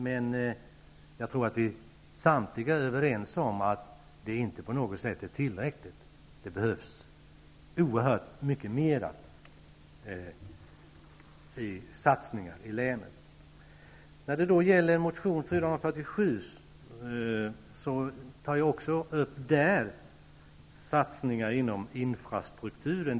Men jag tror att vi samtliga är överens om att det inte på något sätt är tillräckligt. Det behövs oerhört mycket mer av satsningar i länet. Även i motion A477 tar jag upp satsningar inom infrastrukturen.